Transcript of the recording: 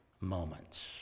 moments